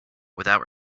without